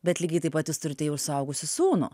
bet lygiai taip pat jūs turite jau ir suaugusį sūnų